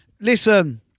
Listen